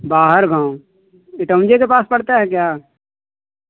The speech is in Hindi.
बाहर गाँव इटौंजे के पास पड़ता है क्या